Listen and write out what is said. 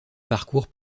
parcourt